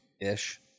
Ish